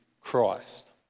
Christ